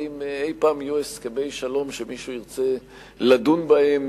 אבל אם אי-פעם יהיו הסכמי שלום שמישהו ירצה לדון בהם